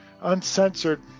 uncensored